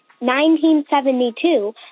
1972